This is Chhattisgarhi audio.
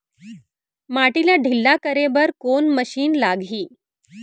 माटी ला ढिल्ला करे बर कोन मशीन लागही?